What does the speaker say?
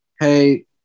hey